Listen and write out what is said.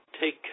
take